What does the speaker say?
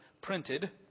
printed